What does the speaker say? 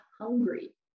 hungry